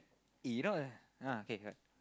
uh you know ah ah okay what